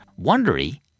Wondery